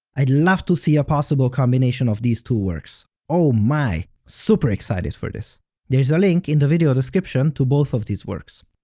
i'd love to see a possible combination of these two works, oh my! super excited for this there is a link in the video description to both of these works.